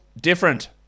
different